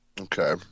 Okay